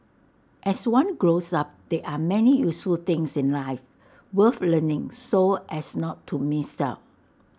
as one grows up there are many useful things in life worth learning so as not to miss out